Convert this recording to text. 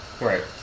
right